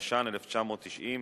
התש"ן 1990,